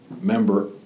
member